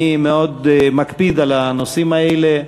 אני מאוד מקפיד על הנושאים האלה,